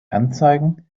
anzeigen